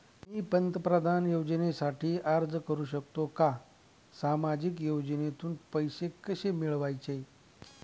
मी पंतप्रधान योजनेसाठी अर्ज करु शकतो का? सामाजिक योजनेतून पैसे कसे मिळवायचे